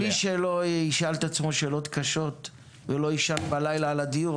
אבל מי שלא ישאל את עצמו שאלות קשות ולא יישן בלילה על הדיור,